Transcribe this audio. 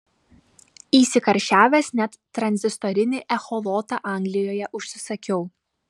įsikarščiavęs net tranzistorinį echolotą anglijoje užsisakiau